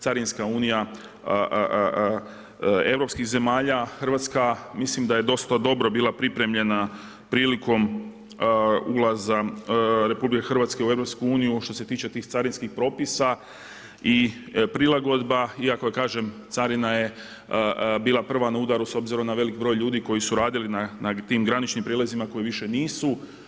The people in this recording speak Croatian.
Carinska unija europskih zemalja, Hrvatska, mislim da je dosta dobro bila pripremljena prilikom ulaska RH u EU, što se tiče tih carinskih propisa i prilagodba, iako kažem, carina je bila prva na udaru s obzirom na velik broj ljudi koji su radili na tim graničnim prijelazima koje više nisu.